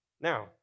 Now